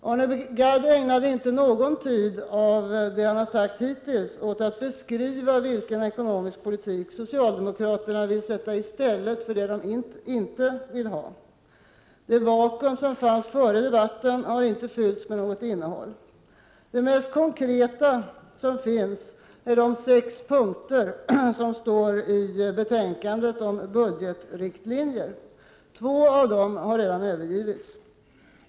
Arne Gadd har hittills inte ägnat någon tid åt att beskriva vilken ekonomisk politik socialdemokraterna vill sätta i stället för den de inte vill ha. Det vakuum som fanns före debatten har inte fyllts med något innehåll. Det mest konkreta är de sex punkter om budgetriktlinjer som står uppräknade i betänkandet. Två av dem har redan övergivits.